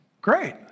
Great